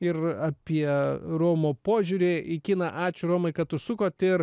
ir apie romo požiūrį į kiną ačiū romai kad užsukot ir